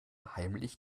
heimlich